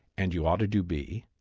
and you ought to do b,